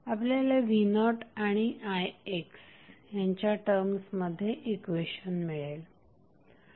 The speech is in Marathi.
आपल्याला v0आणि ixयांच्या टर्ममध्ये इक्वेशन मिळेल